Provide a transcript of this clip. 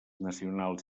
nacionals